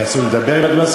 ולי אסור לדבר אם את מסכימה?